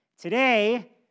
today